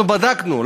אנחנו בדקנו.